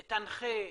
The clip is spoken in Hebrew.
שתנחה,